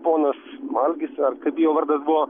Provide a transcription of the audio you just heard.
ponas algis ar kaip jo vardas buvo